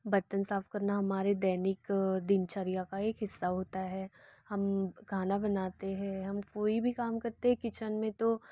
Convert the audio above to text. बर्तन सा करना हमारी दैनिक दिनचर्या का एक हिस्सा होता है हम खाना बनाते हैं हम कोई भी काम करते हैं किचन में तो